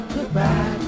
Goodbye